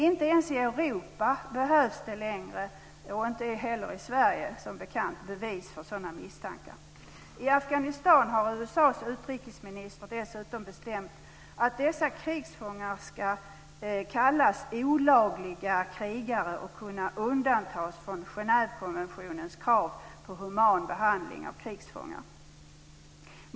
Inte ens i Europa - inte heller i Sverige - behövs det längre som bekant bevis för sådana misstankar. I Afghanistan har USA:s utrikesminister dessutom bestämt att dessa krigsfångar ska kallas olagliga krigare och kunna undantas från Genèvekonventionens krav på human behandling av krigsfångar.